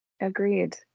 Agreed